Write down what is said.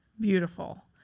beautiful